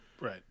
Right